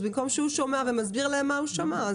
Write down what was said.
אז במקום שהוא ישמע ויסביר להם מה הוא שמע,